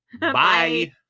Bye